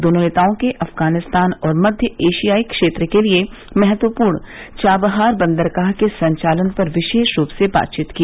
दोनों नेताओं के अफगानिस्तान और मध्य एशियाई क्षेत्र के लिए महत्वपूर्ण चाबहार बंदरगाह के संचालन पर विशेष रूप से बातचीत की